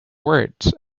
words